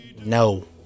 No